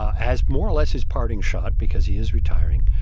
as more or less his parting shot because he is retiring,